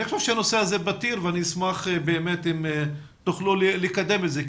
אני חושב שהנושא הזה הוא פתיר ואשמח אם תוכלו לקדם את זה.